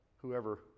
Whoever